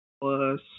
plus